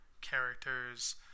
characters